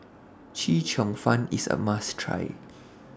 Chee Cheong Fun IS A must Try